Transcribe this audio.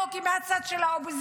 או כי אנחנו מהצד של האופוזיציה,